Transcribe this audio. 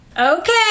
Okay